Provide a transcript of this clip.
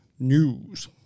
News